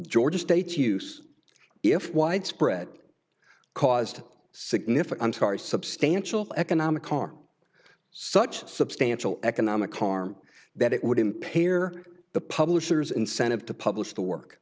georgia state use if widespread it caused significant are substantial economic harm such a substantial economic harm that it would impair the publisher's incentive to publish the work